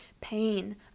pain